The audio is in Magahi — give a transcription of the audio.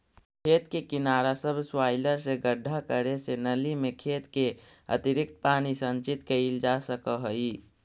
खेत के किनारा सबसॉइलर से गड्ढा करे से नालि में खेत के अतिरिक्त पानी संचित कइल जा सकऽ हई